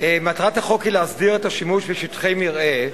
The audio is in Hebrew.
מטרת החוק היא להסדיר את השימוש בשטחי מרעה,